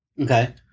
Okay